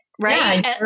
Right